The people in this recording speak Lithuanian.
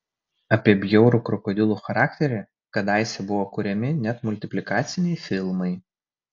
apie bjaurų krokodilų charakterį kadaise buvo kuriami net multiplikaciniai filmai